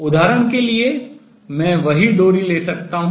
उदाहरण के लिए मैं वही string डोरी ले सकता हूँ